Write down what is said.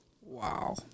Wow